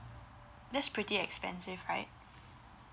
that's pretty expensive right